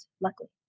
luckily